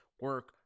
Work